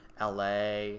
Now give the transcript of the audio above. LA